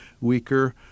weaker